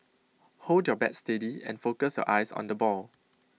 hold your bat steady and focus your eyes on the ball